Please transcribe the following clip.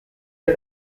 his